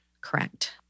Correct